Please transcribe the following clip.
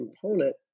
component